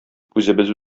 үзебез